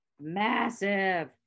massive